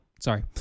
Sorry